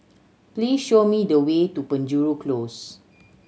please show me the way to Penjuru Close